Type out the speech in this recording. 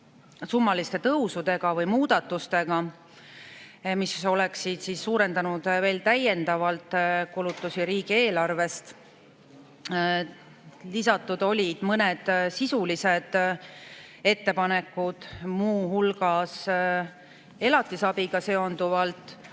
summaliste tõusudega või muudatustega, mis oleksid suurendanud veel täiendavalt kulutusi riigieelarvest. Lisatud olid mõned sisulised ettepanekud, muu hulgas elatisabiga seonduvalt,